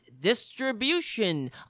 distribution